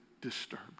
disturbed